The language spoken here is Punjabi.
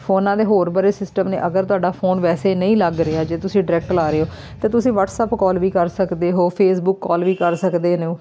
ਫ਼ੋਨਾਂ ਦੇ ਹੋਰ ਬੜੇ ਸਿਸਟਮ ਨੇ ਅਗਰ ਤੁਹਾਡਾ ਫ਼ੋਨ ਵੈਸੇ ਨਹੀਂ ਲੱਗ ਰਿਹਾ ਜੇ ਤੁਸੀਂ ਡਾਇਰੈਕਟ ਲਾ ਰਹੇ ਹੋ ਤਾਂ ਤੁਸੀਂ ਵਾਟਸਅੱਪ ਕੌਲ ਵੀ ਕਰ ਸਕਦੇ ਹੋ ਫੇਸਬੁੱਕ ਕੌਲ ਵੀ ਕਰ ਸਕਦੇ ਨੇ ਹੋ